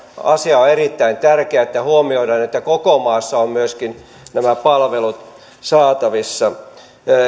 asia on erittäin tärkeä huomioidaan että koko maassa ovat myöskin nämä palvelut saatavissa